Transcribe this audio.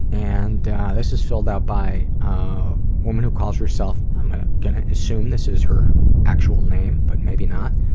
and this is filled out by a woman who calls herself. i'm gonna assume this is her actual name, but maybe not.